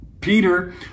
Peter